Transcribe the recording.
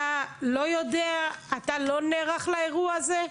אתה לא נערך לאירוע הזה?